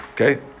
Okay